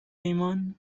ایمان